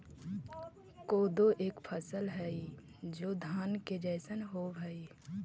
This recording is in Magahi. कोदो एक फसल हई जो धान के जैसन होव हई